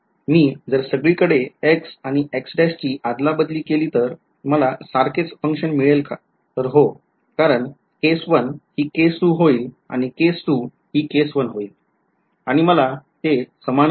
मी जर सगळीकडे X आणि X ची अदला बदली केली तर मला सारखेच function मिळेल का तर हो कारण केस १ हि केस २ होईल आणि केस २ हि केस १ आणि मला ते समानच मिळेल